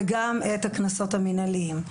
וגם את הקנסות המנהליים.